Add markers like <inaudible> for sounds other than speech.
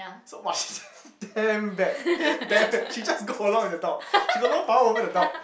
so !wah! she's <laughs> damn bad damn bad she just go along with the dog she got no power over the dog